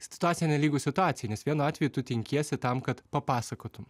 situacija nelygu situacijai nes vienu atveju tu tinkiesi tam kad papasakotum